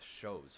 shows